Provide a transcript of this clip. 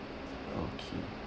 okay